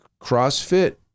CrossFit